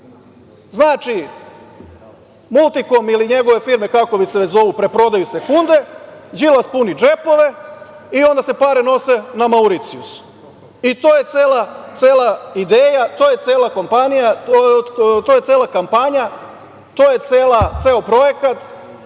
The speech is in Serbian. Znači, „Multikom“ ili njegove firme, kako li se zovu, preprodaju sekunde, Đilas puni džepove i onda se pare nose na Mauriciju, i to je cela ideja, to je cela kampanja, to je ceo projekat